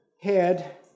head